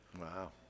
Wow